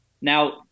Now